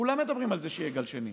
כולם מדברים על זה שיהיה גל שני.